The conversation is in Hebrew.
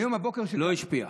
היום בבוקר, לא השפיע.